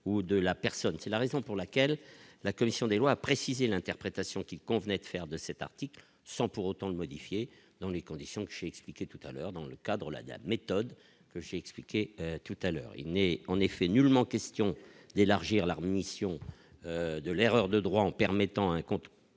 ou de la personne, c'est la raison pour laquelle la commission des lois, a précisé l'interprétation qu'il convenait de faire de cet article sans pour autant le modifier dans les conditions que chez expliqué tout à l'heure dans le cadre de la de la méthode que j'ai expliqué tout à l'heure, il n'est en effet nullement question d'élargir leurs missions de l'erreur de droit, en permettant un compte